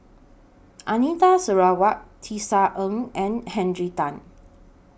Anita Sarawak Tisa Ng and Henry Tan